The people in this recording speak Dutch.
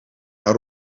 haar